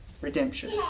redemption